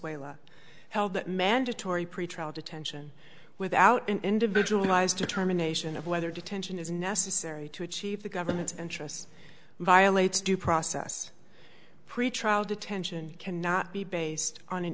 whalen held that mandatory pretrial detention without an individualized determination of whether detention is necessary to achieve the government's interests violates due process pretrial detention cannot be based on an